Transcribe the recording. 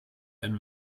and